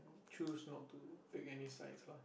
choose not to pick any sides ah